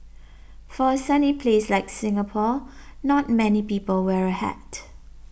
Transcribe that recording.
for a sunny place like Singapore not many people wear a hat